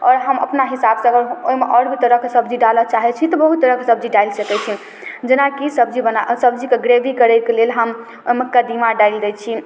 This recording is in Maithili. आओर हम अपना हिसाबसँ अगर ओहिमे आओर भी तरहके सब्जी डालै चाहै छी तऽ बहुत तरहके सब्जी डालि सकै छी जेनाकि सब्जी बना सब्जीके ग्रेवी करैके लेल हम ओहिमे कदीमा डालि दै छी